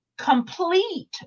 complete